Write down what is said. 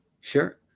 Sure